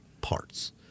parts